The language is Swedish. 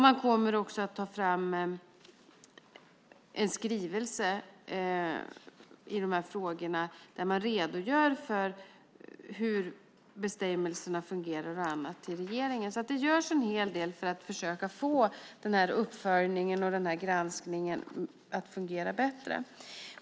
Man kommer också att ta fram en skrivelse till regeringen där man redogör för hur bestämmelserna fungerar. Det görs en hel del för att försöka få uppföljningen och granskningen att fungera bättre.